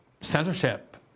censorship